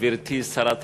גברתי שרת הקליטה,